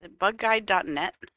Bugguide.net